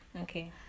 okay